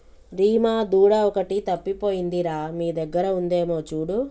రీమా దూడ ఒకటి తప్పిపోయింది రా మీ దగ్గర ఉందేమో చూడు